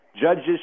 Judges